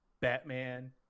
Batman